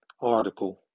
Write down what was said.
article